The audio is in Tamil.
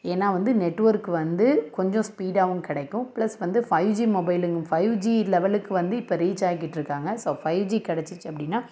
ஏன்னா வந்து நெட்ஒர்க் வந்து கொஞ்சம் ஸ்பீடாகவும் கிடைக்கும் பிளஸ் வந்து ஃபைவ் ஜி மொபைலுங்கு ஃபைவ் ஜி லெவலுக்கு வந்து இப்போ ரீச் ஆகிட்டுருக்காங்க ஸோ ஃபைவ் ஜி கிடச்சிச்சி அப்படின்னா